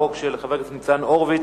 החוק של חבר הכנסת ניצן הורוביץ,